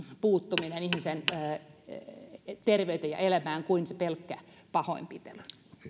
puuttuminen ihmisen terveyteen ja elämään kuin se pelkkä pahoinpitely